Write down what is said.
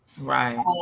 right